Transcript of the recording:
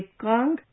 Kang